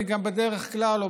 בדרך כלל,